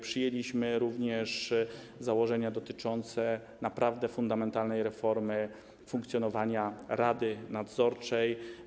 Przyjęliśmy również założenia dotyczące fundamentalnej reformy funkcjonowania rady nadzorczej.